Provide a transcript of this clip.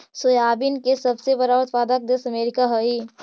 soybean के सबसे बड़ा उत्पादक देश अमेरिका हइ